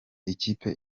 ikipe